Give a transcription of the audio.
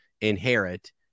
inherit